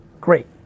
Great